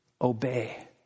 obey